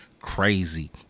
crazy